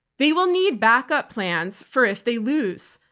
they will need backup plans for if they lose,